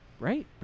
Right